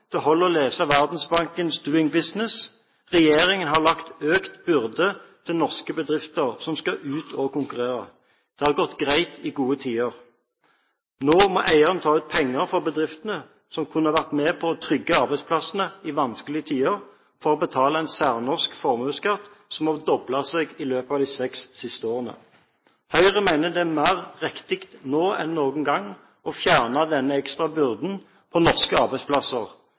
det holder å lese Verdensbankens «Doing Business». Regjeringen har lagt økt byrde på norske bedrifter som skal ut og konkurrere. Det har gått greit i gode tider. Nå må eierne ta ut penger fra bedriftene som kunne vært med på å trygge arbeidsplassene i vanskelige tider, for å betale en særnorsk formuesskatt, som har doblet seg i løpet av de siste seks årene. Høyre mener det er mer riktig nå enn noen gang å fjerne denne ekstra byrden på norske arbeidsplasser,